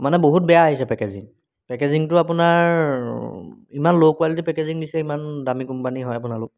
মানে বহুত বেয়া আহিছে পেকেজিং পেকেজিংটো আপোনাৰ ইমান ল' কুৱালিটী পেকেজিং দিছে ইমান দামী কোম্পানী হয় আপোনালোক